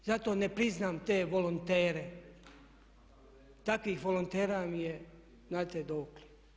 Zato ne priznam te volontere, takvih volontera mi je znate dokle.